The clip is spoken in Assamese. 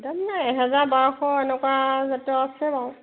তাৰ মানে এহেজাৰ বাৰশ এনেকুৱা জাতীয় আছে বাৰু